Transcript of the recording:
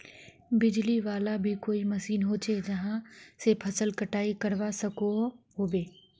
बिजली वाला भी कोई मशीन होचे जहा से फसल कटाई करवा सकोहो होबे?